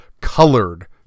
colored